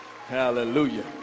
Hallelujah